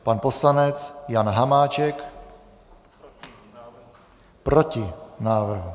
Pan poslanec Jan Hamáček: Proti návrhu.